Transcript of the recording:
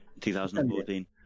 2014